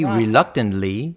reluctantly